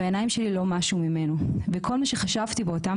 והעיניים שלי לא משו ממנו וכל מה שחשבתי באותם